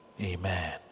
Amen